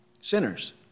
sinners